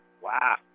wow